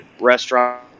Restaurant